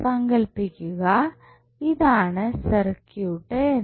സങ്കൽപ്പിക്കുക ഇതാണ് സർക്യൂട്ട് എന്ന്